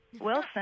Wilson